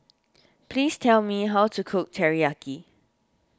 please tell me how to cook Teriyaki